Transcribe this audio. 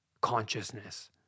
consciousness